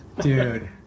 Dude